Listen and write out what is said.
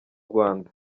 rwanda